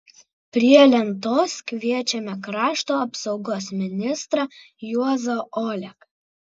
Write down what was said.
prie lentos kviečiame krašto apsaugos ministrą juozą oleką